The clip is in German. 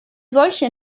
solche